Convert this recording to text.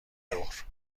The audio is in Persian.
ظهر